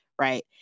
right